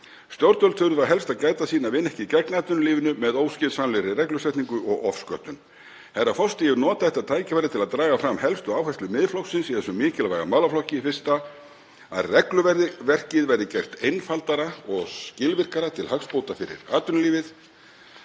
Stjórnvöld þurfa helst að gæta sín að vinna ekki gegn atvinnulífinu með óskynsamlegri reglusetningu og ofsköttun. Herra forseti. Ég vil nota þetta tækifæri til að draga fram helstu áherslur Miðflokksins í þessum mikilvæga málaflokki: 1. Að regluverkið verði gert einfaldara og skilvirkara til hagsbóta fyrir atvinnulífið.